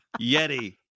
Yeti